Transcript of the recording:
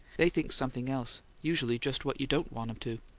they think something else usually just what you don't want em to.